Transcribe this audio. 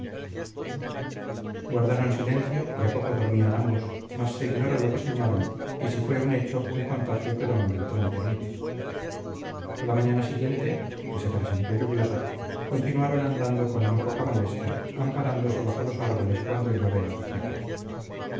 guardaron silencio y a poco dormían ambos mas se ignora lo que soñaron y si fue un hecho el contagio que d beltrán temía a la mañana siguiente que se presentó lluviosa continuaron andando con no poca molestia amparándose bajo los árboles cuando el llover arreciaba